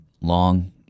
long